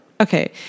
Okay